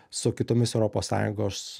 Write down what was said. su kitomis europos sąjungos